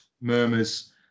murmurs